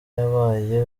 yabaye